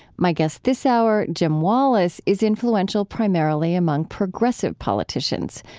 my guest this hour, jim wallis, is influential primarily among progressive politicians,